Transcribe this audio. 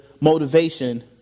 motivation